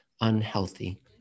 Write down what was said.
unhealthy